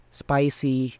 spicy